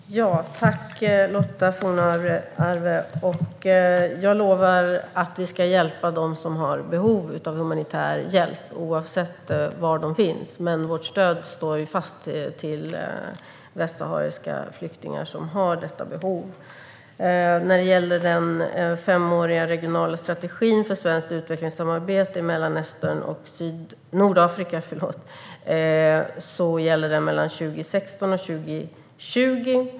Herr talman! Tack, Lotta Johnsson Fornarve! Jag lovar att vi ska hjälpa dem som har behov av humanitär hjälp, oavsett var de finns. Vårt stöd till västsahariska flyktingar som har detta behov står fast. Den femåriga regionala strategin för svenskt utvecklingssamarbete i Mellanöstern och Nordafrika gäller mellan 2016 och 2020.